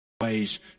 Ways